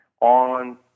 on